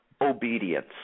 obedience